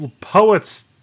Poets